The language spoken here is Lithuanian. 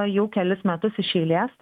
jau kelis metus iš eilės